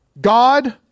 God